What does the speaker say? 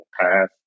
path